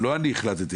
זה לא אני החלטתי,